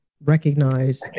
recognize